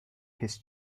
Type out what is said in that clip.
his